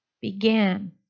Began